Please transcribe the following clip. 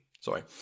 sorry